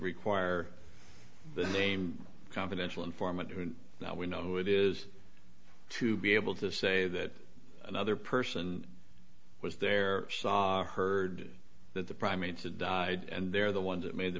require the name confidential informant who we know who it is to be able to say that another person was there heard that the primates had died and they're the ones that made the